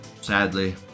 Sadly